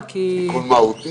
או בוחרים שלא